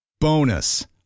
Bonus